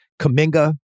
Kaminga